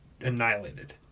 annihilated